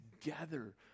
together